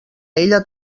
ella